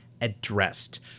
addressed